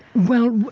well,